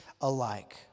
alike